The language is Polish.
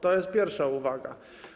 To jest pierwsza uwaga.